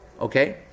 Okay